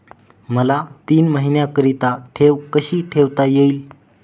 मला तीन महिन्याकरिता ठेव कशी ठेवता येईल?